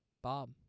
Bob